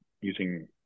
using